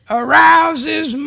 arouses